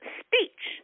speech